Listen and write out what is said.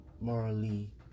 Morally